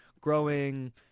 growing